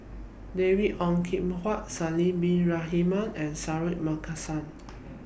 David Ong Kim Huat Haslir Bin Ibrahim and Suratman Markasan